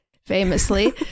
Famously